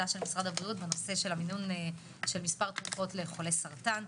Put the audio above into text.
בנושא מינון מספר תרופות לחולי סרטן,